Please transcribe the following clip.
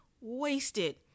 wasted